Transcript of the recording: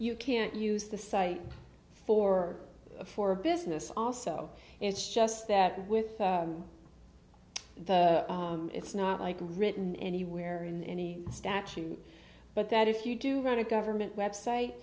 you can't use the site for for business also it's just that with the it's not like written anywhere in any statute but that if you do run a government website